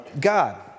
God